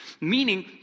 Meaning